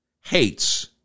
hates